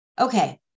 okay